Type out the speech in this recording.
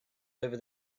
over